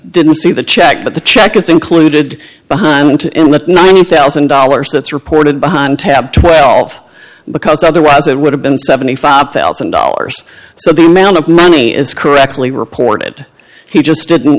didn't see the check but the check was included behind him to let ninety thousand dollars that's reported behind tab twelve because otherwise it would have been seventy five thousand dollars so the amount of money is correctly reported he just d